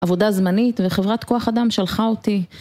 עבודה זמנית וחברת כוח אדם שלחה אותי